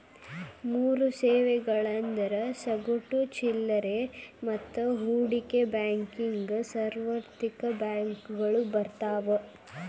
ಮೂರ್ ಸೇವೆಗಳಂದ್ರ ಸಗಟು ಚಿಲ್ಲರೆ ಮತ್ತ ಹೂಡಿಕೆ ಬ್ಯಾಂಕಿಂಗ್ ಸಾರ್ವತ್ರಿಕ ಬ್ಯಾಂಕಗಳು ಬರ್ತಾವ